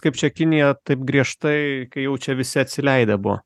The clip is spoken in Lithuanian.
kaip čia kinija taip griežtai kai jaučia visi atsileidę buvo